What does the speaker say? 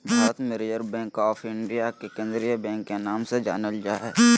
भारत मे reserve bank of India के केंद्रीय बैंक के नाम से जानल जा हय